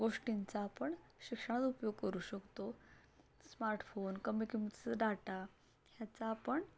गोष्टींचा आपण शिक्षणात उपयोग करू शकतो स्मार्टफोन कमी किमतीचा डाटा ह्याचा आपण